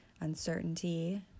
uncertainty